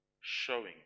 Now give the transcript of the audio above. showing